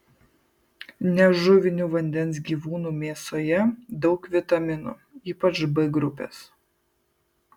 nežuvinių vandens gyvūnų mėsoje daug vitaminų ypač b grupės